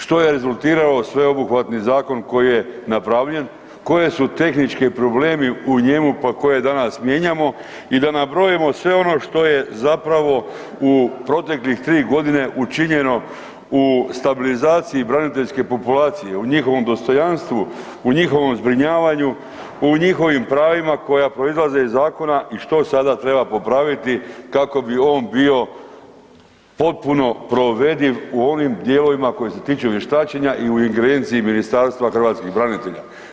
Što je rezultiralo sveobuhvatni zakon koji je napravljen, koje su tehničke problemi u njemu pa koje danas mijenjamo i da nabrojimo sve ono što je zapravo u proteklih 3 godine učinjeno u stabilizaciji braniteljske populacije, u njihovom dostojanstvu, u njihovom zbrinjavanju, u njihovim pravima koja proizlaze iz zakona i što sada treba popraviti kako bi on bio potpuno provediv u ovim dijelovima koji se tiču vještačenja i u ingerenciji Ministarstvo hrvatskih branitelja.